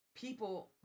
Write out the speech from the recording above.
People